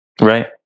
Right